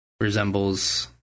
resembles